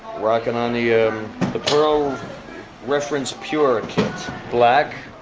rockin on the ah um the reference pure kids black